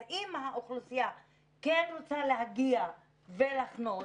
אם האוכלוסייה כן רוצה להגיע ולהחנות,